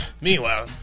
Meanwhile